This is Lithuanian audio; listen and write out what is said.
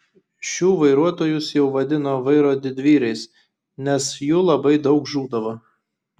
šių vairuotojus jau vadino vairo didvyriais nes jų labai daug žūdavo